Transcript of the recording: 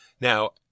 Now